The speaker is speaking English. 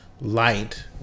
light